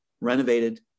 renovated